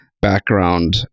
background